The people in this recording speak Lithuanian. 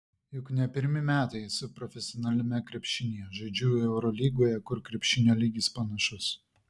juk ne pirmi metai esu profesionaliame krepšinyje žaidžiu eurolygoje kur krepšinio lygis panašus